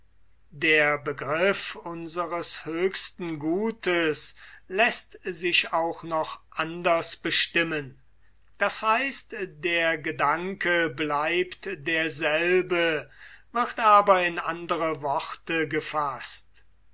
der begriff unseres gutes läßt sich auch noch anders bestimmen d h der gedanke bleibt derselbe wird aber in andere worte gefaßt